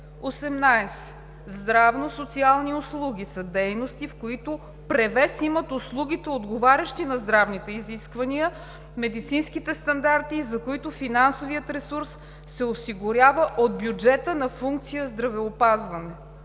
18. „Здравно-социални услуги“ са дейности, в които превес имат услугите, отговарящи на здравните изисквания, медицинските стандарти и за които финансовият ресурс се осигурява от бюджета на функция „Здравеопазване“.